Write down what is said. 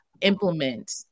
implement